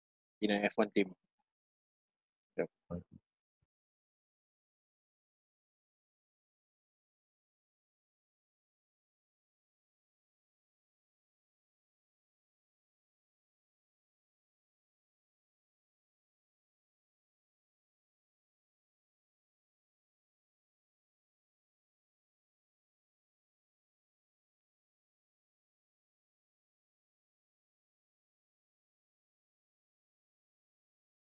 in a F one team